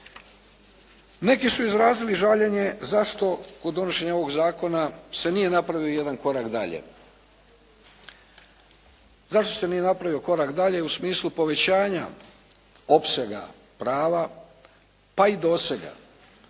Neki su izrazili žaljenje zašto kod donošenja ovog zakona se nije napravio jedan korak dalje? Zašto se nije napravio korak dalje u smislu povećanja opsega prava pa i dosega